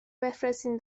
بفرستین